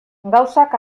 gauzak